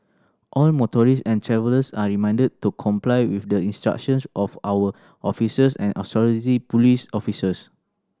all motorists and travellers are reminded to comply with the instructions of our officers and police officers